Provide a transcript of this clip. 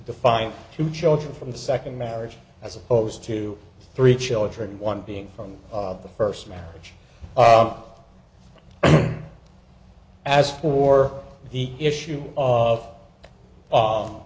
define two children from the second marriage as opposed to three children one being from the first marriage as for the issue of